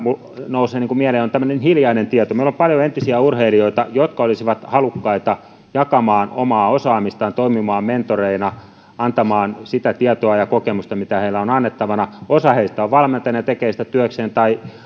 nousee mieleen on tämmöinen hiljainen tieto meillä on paljon entisiä urheilijoita jotka olisivat halukkaita jakamaan omaa osaamistaan toimimaan mentoreina antamaan sitä tietoa ja kokemusta mitä heillä on annettavana osa heistä on valmentajana ja tekee sitä työkseen tai